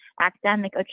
academic